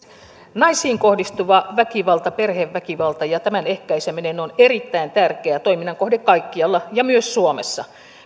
naisiin kohdistuva väkivalta perheväkivalta ja tämän ehkäiseminen on erittäin tärkeä toiminnan kohde kaikkialla ja myös suomessa